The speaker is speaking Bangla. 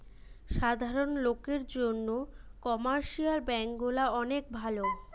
সাধারণ লোকের জন্যে কমার্শিয়াল ব্যাঙ্ক গুলা অনেক ভালো